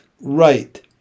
right